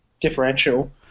differential